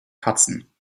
katzen